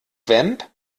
vamp